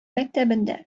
мәктәбендә